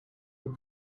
your